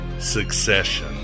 Succession